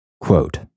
Quote